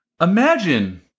Imagine